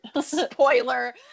Spoiler